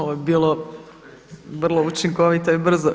Ovo je bilo vrlo učinkovito i brzo.